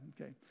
okay